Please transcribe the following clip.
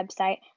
website